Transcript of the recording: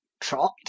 Trot